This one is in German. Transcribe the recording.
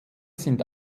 sind